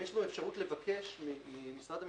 יש גם אפשרות לבקש ממשרד המשפטים,